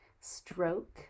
stroke